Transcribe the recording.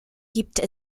gibt